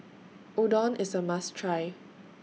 Udon IS A must Try